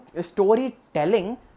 storytelling